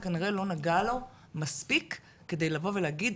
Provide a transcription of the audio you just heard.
זה כנראה לא נגע לו מספיק כדי לבוא ולהגיד,